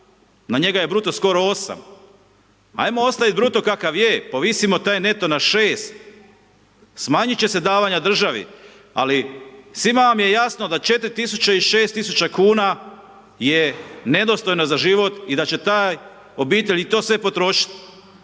na njega je bruto skoro 8.000,00 kn. Ajmo ostaviti bruto kakav je, povisimo taj neto na 6, smanjiti će se davanja državi, ali svima vam je jasno da 4.000,00 kn i 6.000,00 kn je nedostojno za život i da će obitelj sve to potrošiti.